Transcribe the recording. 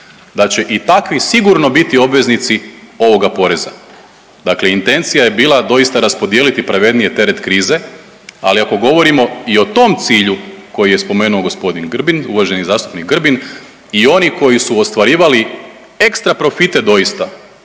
da će i takvi sigurno biti obveznici ovoga poreza. Dakle intencija je bila doista raspodijeliti pravednije teret krize, ali ako govorimo i o tom cilju koji je spomenuo g. Grbin, uvaženi zastupnik Grbin, i oni koji su ostvarivali ekstra profite doista,